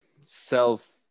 self